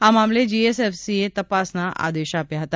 આ મામલે જીએસએફસીએ તપાસના આદેશ આપ્યા હતા